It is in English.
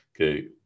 okay